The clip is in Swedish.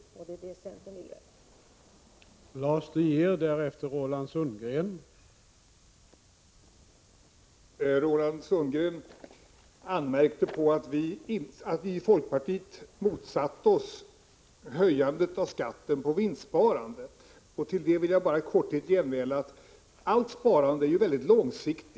Det är vad vi i centern vill.